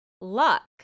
luck